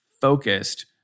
focused